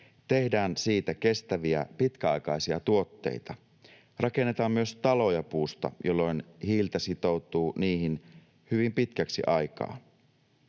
tehdään siitä kestäviä, pitkäaikaisia tuotteita. Rakennetaan myös taloja puusta, jolloin hiiltä sitoutuu niihin hyvin pitkäksi aikaa.